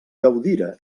gaudira